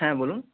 হ্যাঁ বলুন